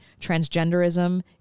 transgenderism